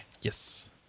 Yes